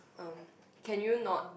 erm can you not